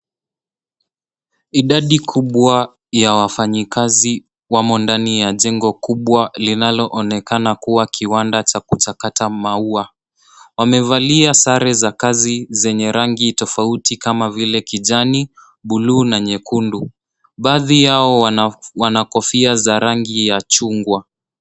Idadi kubwa ya wafanyikazi wamo ndani ya jengo kubwa linaloonekana kuwa kiwanda cha kuchakata maua. Wamevalia sare za kazi zenye rangi tofauti kama vile kijani, buluu na nyekundu, baadhi ya wana kofia za rangi ya chungwa.